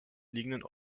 liegenden